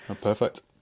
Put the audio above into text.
Perfect